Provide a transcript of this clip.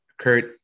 Kurt